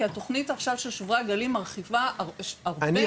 כי התוכנית עכשיו של שוברי הגלים מרחיבה הרבה מאוד חופים.